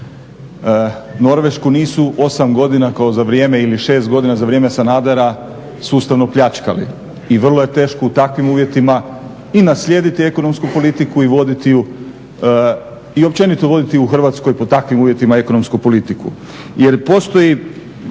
Norvešku nisu 8 godina kao za vrijeme ili 6 godina za vrijeme Sanadera sustavno pljačkali i vrlo je teško u takvim uvjetima i naslijediti ekonomsku politiku i voditi ju i općenito voditi u Hrvatskoj pod takvim uvjetima ekonomsku politiku. Jer postoji